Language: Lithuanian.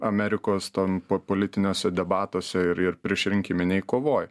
amerikos ten politiniuose debatuose ir ir priešrinkiminėj kovoj